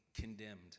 condemned